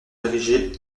érigé